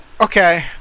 Okay